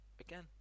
again